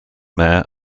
mayor